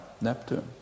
Neptune